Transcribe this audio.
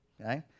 okay